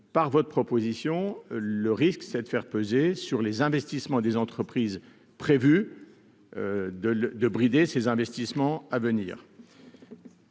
par votre proposition, le risque c'est de faire peser sur les investissements des entreprises prévu de le de brider ses investissements à venir.